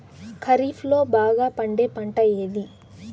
ఖరీఫ్ లో బాగా పండే పంట ఏది?